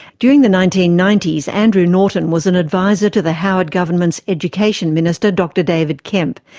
during the nineteen ninety s, andrew norton was an adviser to the howard government's education minister dr david kemp.